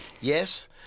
Yes